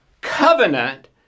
covenant